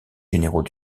généraux